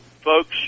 folks